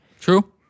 True